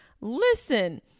Listen